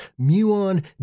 muon